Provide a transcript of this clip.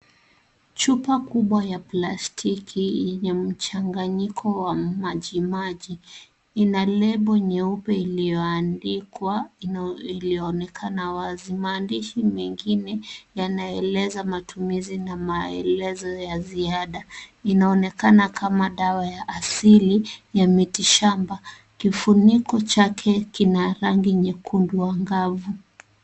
Chupa kubwa ya plastiki yenye mchanganyiko wa majimaji ina lebo nyeupe iliyoandikwa ilionekana wazi. Maandishi mengine yanaeleza matumizi na maelezo ya ziada. Inaonekana kama dawa ya hasili ya miti shamba. Kifuniko chake kina rangi nyekundu wa ngao.